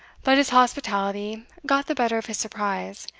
but his hospitality got the better of his surprise,